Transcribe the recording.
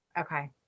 okay